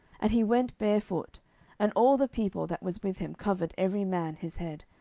and he went barefoot and all the people that was with him covered every man his head,